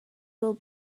will